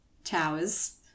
Towers